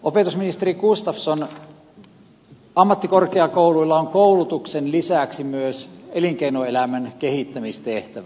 opetusministeri gustafsson ammattikorkeakouluilla on koulutuksen lisäksi myös elinkeinoelämän kehittämistehtävä